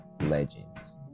Legends